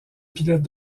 pilotes